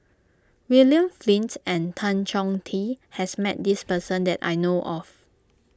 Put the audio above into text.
William Flint and Tan Chong Tee has met this person that I know of